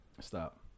Stop